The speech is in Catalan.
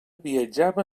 viatjava